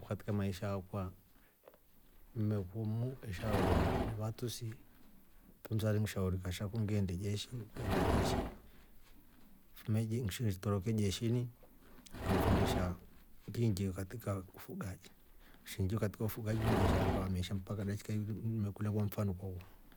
Katika maisha yakwa mmeku umu eshaiwa novatusi nife alengishauri kasha ku ngeende jeshi. nnkeenda jeshi ngitoroke jeshini kang'fundisha ngiingie katika ufugaji. ngiingie katika ufugaji maisha yakwa yakava meesha mpaka dakika ii. mmeku ulya aleva mfano kwakwa.